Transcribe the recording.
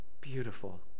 beautiful